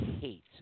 hate